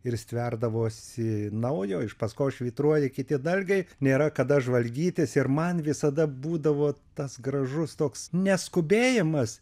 ir stverdavosi naujo iš paskos švytruoja kiti dalgiai nėra kada žvalgytis ir man visada būdavo tas gražus toks neskubėjimas